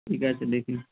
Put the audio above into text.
ঠিক আছে দেখি